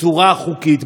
בצורה חוקית,